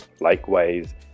Likewise